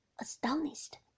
astonished